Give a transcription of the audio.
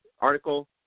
article